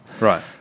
Right